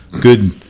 good